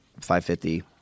550